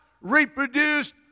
reproduced